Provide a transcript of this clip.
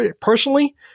personally